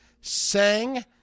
Sang